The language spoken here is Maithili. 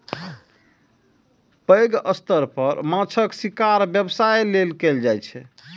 पैघ स्तर पर माछक शिकार व्यवसाय लेल कैल जाइ छै